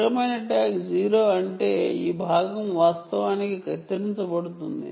స్థిరమైన ట్యాగ్ 0 అంటే ఈ భాగం వాస్తవానికి కట్ అఫ్ అవుతుంది